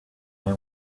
they